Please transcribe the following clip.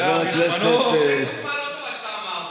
זו דוגמה לא טובה, מה שאמרת.